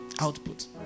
Output